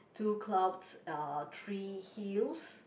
two clouds uh three hills